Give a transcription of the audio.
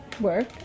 work